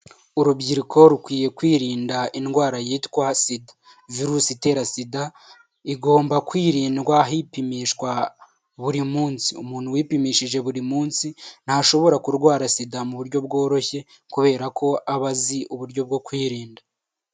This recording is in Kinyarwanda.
Urubyiruko rukwiye kwirinda indwara yitwa sida, virusi itera sida igomba kwirindwa hipimishwa buri munsi, umuntu wipimishije buri munsi ntashobora kurwara sida mu buryo bworoshye kubera ko aba azi uburyo bwo kwirinda.